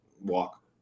walk